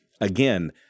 Again